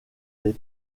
des